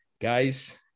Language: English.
Guys